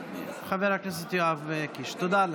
חבר הכנסת יואב קיש, תודה לך.